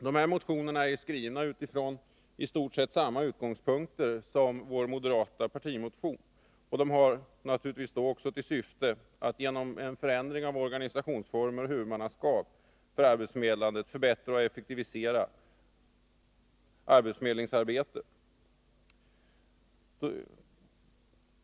Dessa är skrivna utifrån i stort sett samma utgångspunkter som vår partimotion och har naturligtvis också till syfte att genom en förändring av organisationsformer och huvudmannaskap för arbetsförmedlandet förbättra och effektivisera arbetsförmedlingsarbetet.